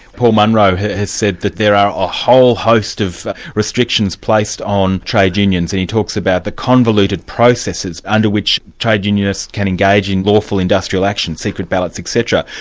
paul munro has has said that there are a whole host of restrictions placed on trade unions, and he talks about the convoluted processes under which trade unionists can engage in lawful industrial action, secret ballots etc.